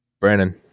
Brandon